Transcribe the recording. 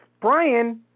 Brian